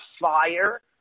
fire